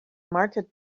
market